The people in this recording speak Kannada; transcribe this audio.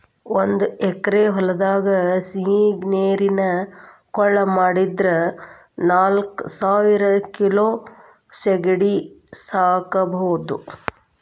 ಒಂದ್ ಎಕರೆ ಹೊಲದಾಗ ಸಿಹಿನೇರಿನ ಕೊಳ ಮಾಡಿದ್ರ ನಾಲ್ಕಸಾವಿರ ಕಿಲೋ ಸೇಗಡಿ ಸಾಕಬೋದು